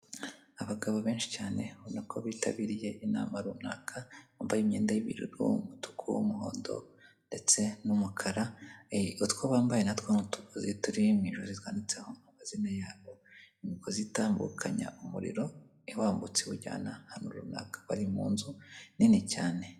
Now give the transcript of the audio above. Abagabo benshi cyane ubabona ko bitabiriye inama runaka, bambaye imyenda y'ibururu, umutuku, umuhondo ndetse n'umukara. Utwo bambaye natwo ni utugozi turi mu ijosi twanditseho amazina yabo. Imigozi itambukanya umuriro iwambutsa iwujyana ahantu runaka, bari mu nzu nini cyane.